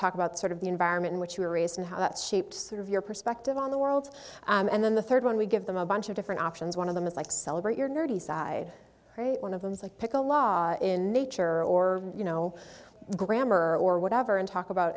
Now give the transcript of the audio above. talk about sort of the environment in which you were raised and how that shaped sort of your perspective on the world and then the third one we give them a bunch of different options one of them is like celebrate your nerdy side create one of them is like pick a law in nature or you know grammar or whatever and talk about